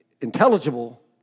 intelligible